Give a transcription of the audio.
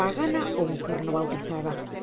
pagana ó mujer so bautizada